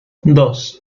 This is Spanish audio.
dos